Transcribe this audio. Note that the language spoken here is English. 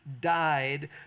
died